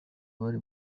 bari